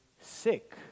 sick